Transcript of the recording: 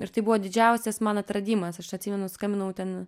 ir tai buvo didžiausias mano atradimas aš atsimenu skambinau ten